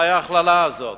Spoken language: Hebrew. מה ההכללה הזאת?